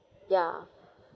ya